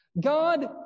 God